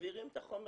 מעבירים את החומר